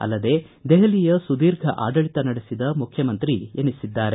ಅಲ್ಲದೇ ದೆಹಲಿಯ ಸುದೀರ್ಘ ಆಡಳಿತ ನಡೆಸಿದ ಮುಖ್ಯಮಂತ್ರಿ ಎನಿಸಿದ್ದಾರೆ